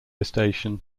station